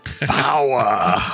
power